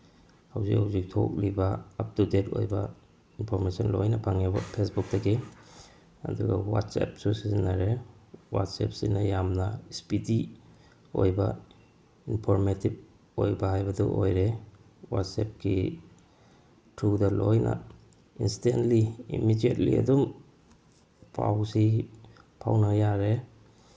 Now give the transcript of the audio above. ꯍꯧꯖꯤꯛ ꯍꯧꯖꯤꯛ ꯊꯣꯛꯂꯤꯕ ꯑꯞ ꯇꯨ ꯗꯦꯠ ꯑꯣꯏꯕ ꯏꯟꯐꯣꯔꯃꯦꯁꯟ ꯂꯣꯏꯅ ꯐꯪꯉꯦꯕ ꯐꯦꯁꯕꯨꯛꯇꯒꯤ ꯑꯗꯨꯒ ꯋꯥꯆꯦꯞꯁꯨ ꯁꯤꯖꯤꯟꯅꯔꯦ ꯋꯥꯆꯦꯞꯁꯤꯅ ꯌꯥꯝꯅ ꯏꯁꯄꯤꯗꯤ ꯑꯣꯏꯕ ꯏꯟꯐꯣꯔꯃꯦꯇꯤꯞ ꯑꯣꯏꯕ ꯍꯥꯏꯕꯗꯨ ꯑꯣꯏꯔꯦ ꯋꯥꯆꯦꯞꯀꯤ ꯊ꯭ꯔꯨꯗ ꯂꯣꯏꯅ ꯏꯟꯁꯇꯦꯟꯂꯤ ꯏꯃꯤꯗꯦꯠꯂꯤ ꯑꯗꯨꯝ ꯄꯥꯎꯁꯤ ꯐꯥꯎꯅ ꯌꯥꯔꯦ